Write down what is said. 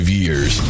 years